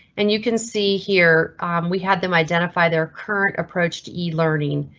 and you can see here we had them identify their current approach to e learning,